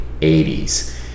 80s